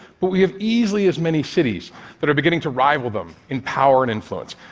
but we have easily as many cities that are beginning to rival them in power and influence.